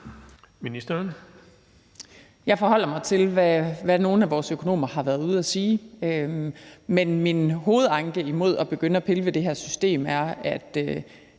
Jeg forholder mig til, hvad nogle af vores økonomer har været ude at sige, men min hovedanke imod at begynde at pille ved det her system er,